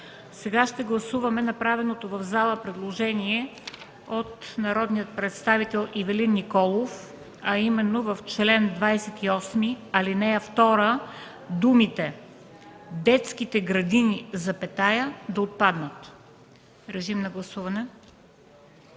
Сега ще гласуваме направеното в залата предложение от народния представител Ивелин Николов, а именно в чл. 28, ал. 2 думите „детските градини,” да отпаднат. Гласували